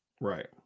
right